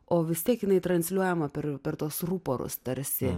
o vis tiek jinai transliuojama per per tuos ruporus tarsi